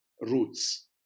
roots